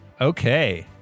Okay